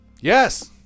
Yes